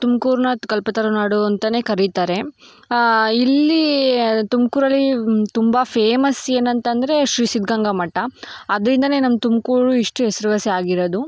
ತುಮ್ಕೂರನ್ನು ಕಲ್ಪತರು ನಾಡು ಅಂತಲೇ ಕರಿತಾರೆ ಇಲ್ಲಿ ತುಮಕೂರಲ್ಲಿ ತುಂಬಾ ಫೇಮಸ್ ಏನಂತಂದರೆ ಶ್ರೀ ಸಿದ್ಧಗಂಗಾ ಮಠ ಅದ್ರಿಂದಲೇ ನಮ್ಮ ತುಮಕೂರು ಇಷ್ಟು ಹೆಸ್ರುವಾಸಿ ಆಗಿರೋದು